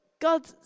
god